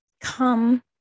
come